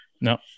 No